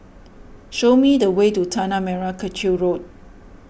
show me the way to Tanah Merah Kechil Road